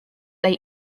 they